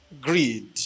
greed